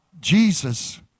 Jesus